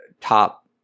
top